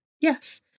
Yes